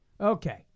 okay